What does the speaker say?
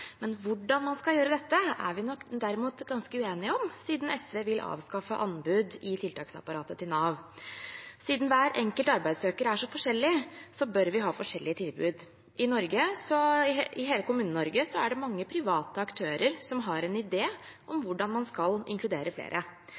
Hvordan man skal gjøre dette, er vi nok derimot ganske uenige om siden SV vil avskaffe anbud i tiltaksapparatet til Nav. Siden hver enkelt arbeidssøker er så forskjellig, bør vi ha forskjellige tilbud. I hele Kommune-Norge er det mange private aktører som har en idé om hvordan man skal inkludere flere.